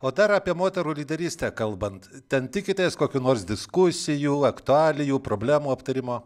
o dar apie moterų lyderystę kalbant ten tikitės kokių nors diskusijų aktualijų problemų aptarimo